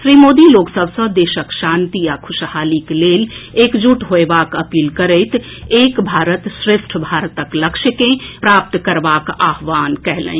श्री मोदी लोक सभ सँ देशक शांति आ खुशहालीक लेल एकजुट होयबाक अपील करैत एक भारत श्रेष्ठ भारतक लक्ष्य के प्राप्त करबाक आह्वान कयलनि